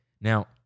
Now